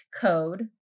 code